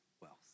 wealth